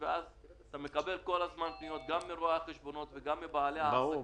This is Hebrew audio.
אז מקבלים כל הזמן פניות גם מרואי החשבון וגם מבעלי העסקים -- ברור,